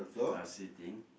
uh sitting